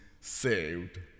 saved